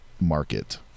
market